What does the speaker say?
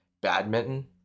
badminton